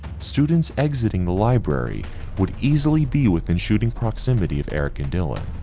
students exiting the library would easily be within shooting proximity of eric and dylan.